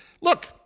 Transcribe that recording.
look